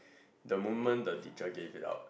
the moment the teacher give it out